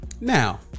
now